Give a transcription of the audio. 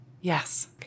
Yes